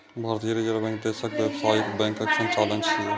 भारतीय reserve bank देशक व्यावसायिक बैंकक संचालक छियै